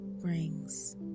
brings